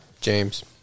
James